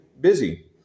busy